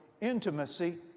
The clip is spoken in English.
intimacy